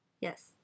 Yes